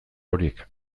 horiek